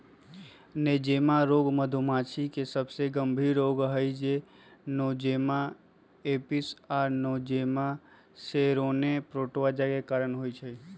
Nosema रोग मधुमाछी के सबसे गंभीर रोग हई जे नोज़ेमा एपिस आ नोज़ेमा सेरेने प्रोटोज़ोआ के कारण होइ छइ